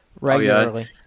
regularly